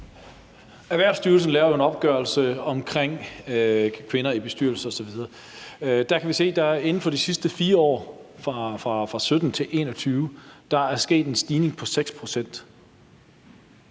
Erhvervsstyrelsen laver jo en opgørelse over antallet af kvinder i bestyrelser osv. Der kan vi se, at der inden for de sidste 4 år – fra 2017 til 2021 – er sket en stigning på 6